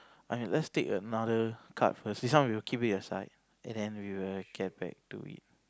alright let's take another card first this one we'll keep it aside and then we'll get back to it